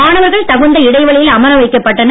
மாணவர்கள் தகுந்த இடைவெளியில் அமர வைக்கப்பட்டனர்